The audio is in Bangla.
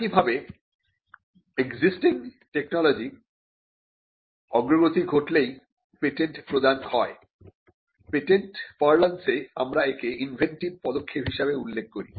একইভাবে এক্সিস্টিং টেকনোলজি র অগ্রগতি ঘটলেই পেটেন্ট প্রদান হয় পেটেন্ট পার্লান্স এ আমরা একে ইনভেন্টিভ পদক্ষেপ হিসেবে উল্লেখ করি